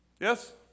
Yes